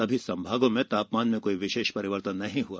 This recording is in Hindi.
सभी संभागों में तापमान में कोई विशेष परिवर्तन नहीं हुआ